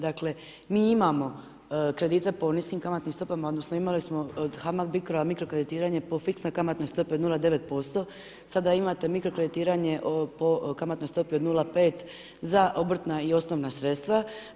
Dakle, mi imamo kredite po niskim kamatnim stopama odnosno imali smo od HAMAG Bicro mikro kreditiranje po fiksnoj kamatnoj stopi od 0,9%, sada imate mikro kreditiranje po kamatnoj stopi od 0,5 za obrtna i osnovna sredstva.